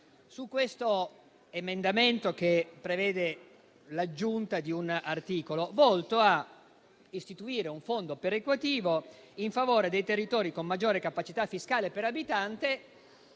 sull'emendamento 20.0.300, che prevede l'aggiunta di un articolo volto ad istituire un fondo perequativo in favore dei territori con maggiore capacità fiscale per abitante,